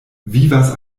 vivas